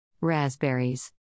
Raspberries